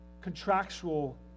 contractual